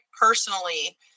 personally